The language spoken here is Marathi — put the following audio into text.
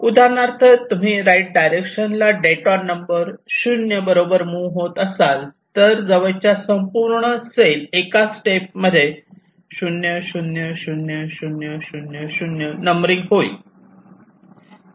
उदाहरणार्थ तुम्ही राईट डायरेक्शन ला डेटोर नंबर 0 बरोबर मुव्ह होत असाल तर जवळच्या संपूर्ण सेल एका स्टेप मध्येच 0 0 0 0 0 0 नंबरिंग होईल